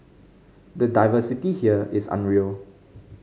the diversity here is unreal